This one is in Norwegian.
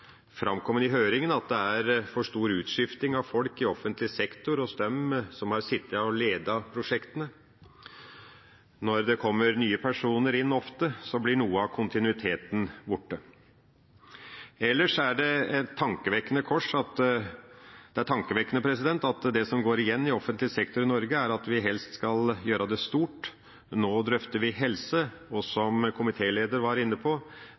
det i høringa at det er for stor utskifting av folk i offentlig sektor hos dem som har sittet og ledet prosjektene. Når det kommer inn nye personer ofte, blir noe av kontinuiteten borte. Ellers er det tankevekkende at det som går igjen i offentlig sektor i Norge, er at en helst skal gjøre det stort. Nå drøfter vi helse, og som komitélederen var inne på,